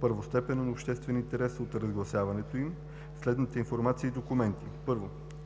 първостепенен обществен интерес от разгласяването им, следната информация и документи: 1.